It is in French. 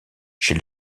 chez